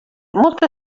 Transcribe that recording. molta